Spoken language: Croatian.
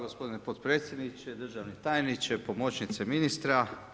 Gospodine potpredsjedniče, državni tajniče, pomoćnice ministra.